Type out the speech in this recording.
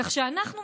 ככה שאנחנו,